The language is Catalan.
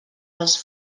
els